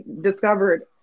discovered